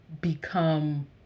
become